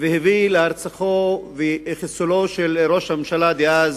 והביא להירצחו וחיסולו של ראש הממשלה דאז,